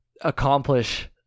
accomplish